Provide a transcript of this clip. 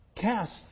Cast